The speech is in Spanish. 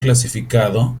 clasificado